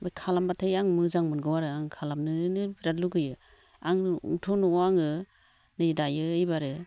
ओमफाय खालामब्लाथाय आं मोजां मोनगौ आरो आं खालामनो नो बिराद लुबैयो आङोथ' न'आव आङो नै दायो ओइबारो